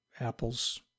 Apple's